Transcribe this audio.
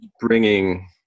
bringing